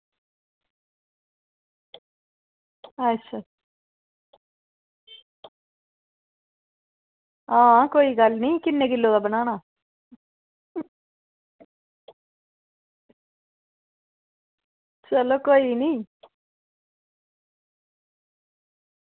अच्छा हां कोई गल्ल निं किन्ने किल्लो दा बनाना चलो कोई निं